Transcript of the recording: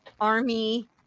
army